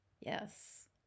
Yes